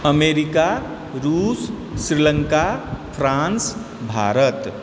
America रूस Sri Lanka France Bharat